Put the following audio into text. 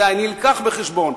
זה הובא בחשבון.